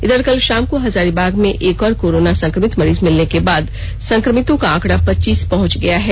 इधर कल शाम को हजारीबाग से एक और कोरोना संक्रमित मरीज मिलने के बाद संक्रमितों का आंकड़ा पच्चीस पहुंच गया है